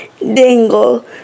dangle